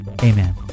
amen